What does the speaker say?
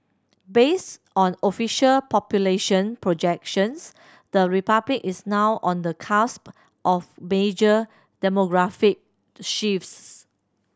based on official population projections the Republic is now on the cusp of major demographic shifts